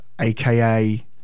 aka